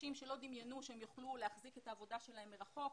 אנשים שלא דמיינו שהם יוכלו להחזיק את העבודה שלהם מרחוק,